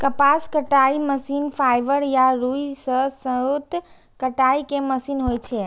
कपास कताइ machine fibre या रुइ सं सूत कताइ के मशीन होइ छै